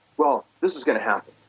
well, this is going to happen.